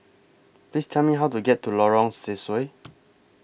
Please Tell Me How to get to Lorong Sesuai